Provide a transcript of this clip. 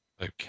Okay